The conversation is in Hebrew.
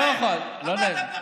לא חוכמה לשבת ביציע,